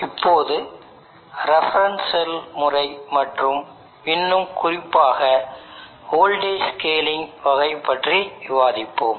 இப்போது reference cell முறை மற்றும் இன்னும் குறிப்பாக வோல்டேஜ் ஸ்கேலிங் வகை பற்றி விவாதிப்போம்